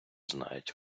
знають